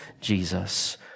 Jesus